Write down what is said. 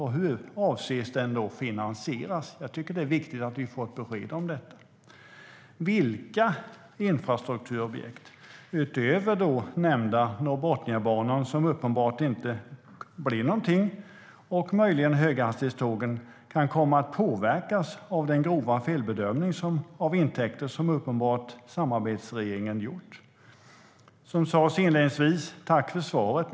Hur avser man att finansiera den? Jag tycker att det är viktigt att vi får ett besked om detta. Vilka infrastrukturobjekt utöver nämnda Norrbotniabanan, som det uppenbarligen inte blev någonting av, och möjligen höghastighetstågen kan komma att påverkas av den grova felbedömning av intäkter som samarbetsregeringen uppenbarligen gjort? Som jag sa inledningsvis tackar jag för svaret.